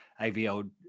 AVL